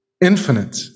infinite